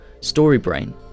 Storybrain